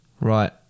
Right